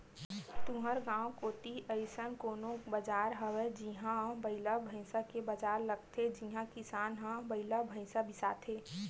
तुँहर गाँव कोती अइसन कोनो बजार हवय जिहां बइला भइसा के बजार लगथे जिहां किसान मन ह बइला भइसा बिसाथे